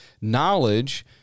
knowledge